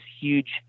huge